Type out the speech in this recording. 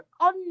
on